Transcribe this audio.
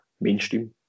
mainstream